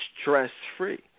stress-free